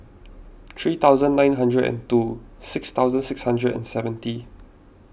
three thousand nine hundred and two six thousand six hundred and seventy